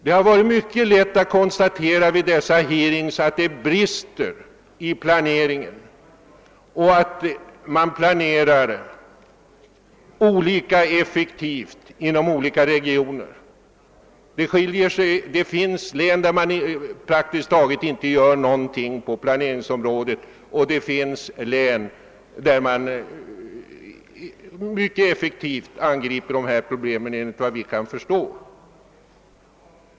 Det har vid dessa hearings kunnat konstateras att det brister i planering och att man planerar olika effektivt inom olika regioner. Det finns län, där man praktiskt taget inte gör någonting på planeringsområdet, och det finns län där man enligt vad vi kunnat förstå mycket effektivt angriper dessa problem.